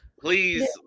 Please